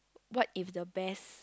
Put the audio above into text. what if the bears